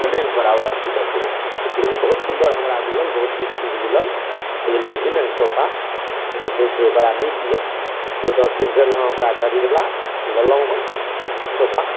ओ नहि ओकरा अथी देखलहुँ लेकिन बहुत सुन्दर हमरा मिलल बहुत नीक चीज मिलल बुझलियै कि नहि सोफा जे छै से बड़ा नीक यऽ ओ दश दिन भेल हँ हमरा खरीदला ललहुँ हँ सोफा